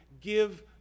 give